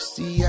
See